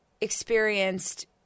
experienced